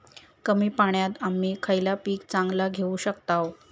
कमी पाण्यात आम्ही खयला पीक चांगला घेव शकताव?